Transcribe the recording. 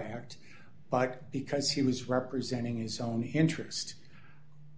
act but because he was representing his own interest